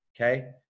Okay